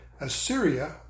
Assyria